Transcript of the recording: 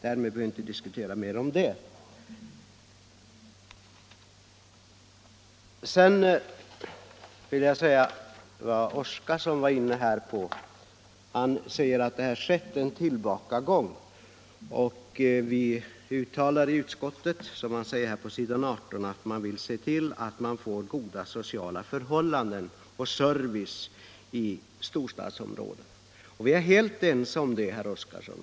Därmed behöver vi inte diskutera mer om det. Sedan vill jag vända mig till herr Oskarson. Utskottet säger på s. 18 i betänkandet att man vill skapa goda sociala förhållanden och service i storstadsområdena. Vi är helt ense om detta, herr Oskarson.